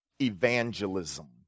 evangelism